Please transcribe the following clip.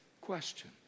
question